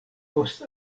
post